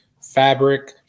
fabric